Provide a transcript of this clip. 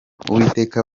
uwiteka